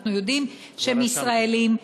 אנחנו יודעים שהם ישראלים.